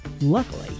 Luckily